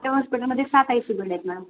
त्या हॉस्पिटलमध्ये सात आय सी बेड आहेत मॅम